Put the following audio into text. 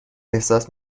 احساس